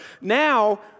now